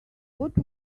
what